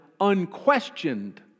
unquestioned